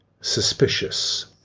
suspicious